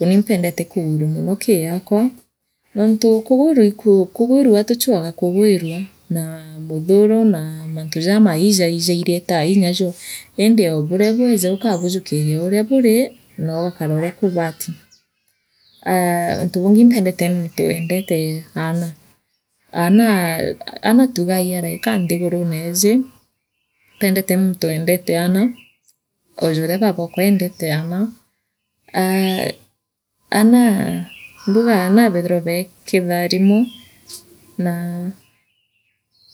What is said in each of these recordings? Uunii impendete kuwirua mono kii akwa nontu kugwirua iku kugwirua atuchwaga kugwirua na mutharu na mantu jamaii ijeiretaa nyajo indi oo buria bweja ukabujukiria oo uria buri noogakara uria kubati aa untu bungi impendente muntu weendete aana aana tugaa ii araika nthigurune iiji impendete muntu eendete aana oojaria balabokwa endete aana aa aana mbuga aana bethaira beee kitharimo naa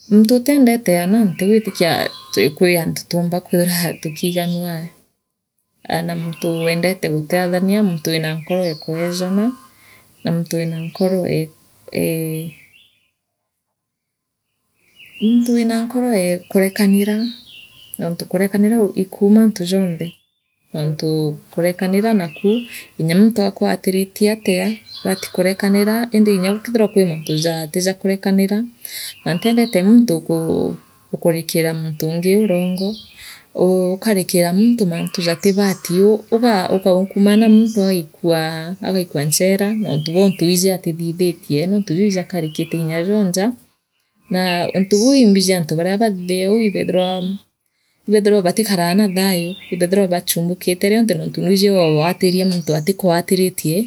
muntu utiendete aana ntigwitikio twi kwi antu tumba kwithirwa tukiiganua aa naa muntu wendete gutethania na muntu wira nkoro ee kunjara na muntu eena nkoro ee ee muntu wira nkoro ee karekanira antu kurekanira iiku manu jonthe noontu kurekanira nakuu inyakuu muntu akuatiritie atia bubati kurekanira indi kinya kethira kwii mantu jati ja kurekanira na ntiendenti muntu uu ukurikira muntu ungi urongo uu ukarikira muntu mantu jatibatii ugaa ugaakunkumara muntu agaikua nchela nontu bwontu wiiji aatithithitienontu jau ijakarikite nyajo njaa naa untu buu imbiji antu baoria baathithagia ou ibethirwa batikanga na thayu ibothagirwa baa chumbukite rionthe rwiiji ooatirie muntu atikaatiritie.